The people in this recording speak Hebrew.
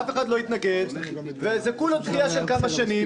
אף אחד לא יתנגד וזה כולה דחייה של כמה שנים.